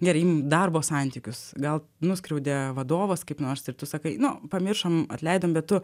gerai imam darbo santykius gal nuskriaudė vadovas kaip nors ir tu sakai nu pamiršom atleidom bet tu